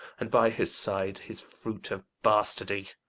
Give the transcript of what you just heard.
and by his side his fruit of bastardy.